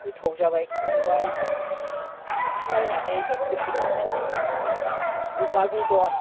गोथाव जाबाय खांबाय संख्रि नायनानै अमा बेदर